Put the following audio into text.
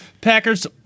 Packers